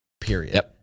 period